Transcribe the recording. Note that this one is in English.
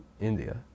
India